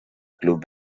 club